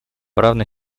равной